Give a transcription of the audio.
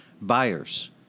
buyers